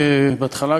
בהתחלה,